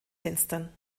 fenstern